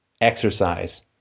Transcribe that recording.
exercise